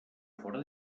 fóra